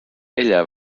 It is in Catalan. ella